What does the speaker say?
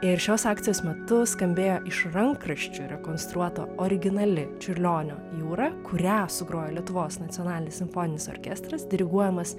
ir šios akcijos metu skambėjo iš rankraščių rekonstruota originali čiurlionio jūra kurią sugrojo lietuvos nacionalinis simfoninis orkestras diriguojamas